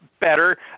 better